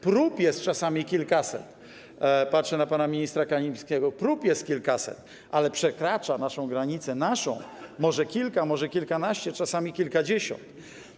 Prób jest czasami kilkaset - patrzę na pana ministra Kamińskiego - prób jest kilkaset, ale przekracza naszą granicę może kilka, może kilkanaście, czasami kilkadziesiąt osób.